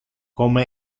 como